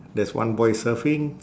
there's one boy surfing